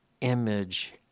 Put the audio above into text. image